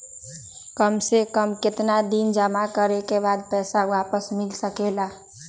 काम से कम केतना दिन जमा करें बे बाद पैसा वापस मिल सकेला?